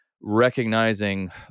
recognizing